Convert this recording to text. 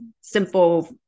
simple